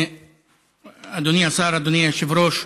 אדוני השר, אדוני היושב-ראש,